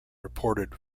reported